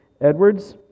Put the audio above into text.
Edwards